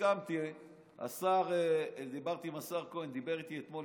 השר מאיר כהן דיבר איתי אתמול,